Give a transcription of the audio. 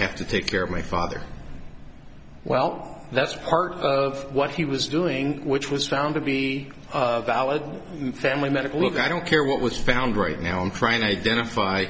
have to take care of my father well that's part of what he was doing which was found to be valid family medical look i don't care what was found right now i'm trying to identify